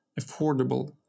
affordable